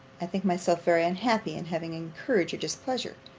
i think myself very unhappy in having incurred your displeasure.